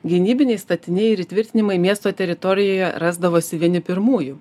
gynybiniai statiniai ir įtvirtinimai miesto teritorijoje rasdavosi vieni pirmųjų